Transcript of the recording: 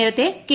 നേരത്തെ കെ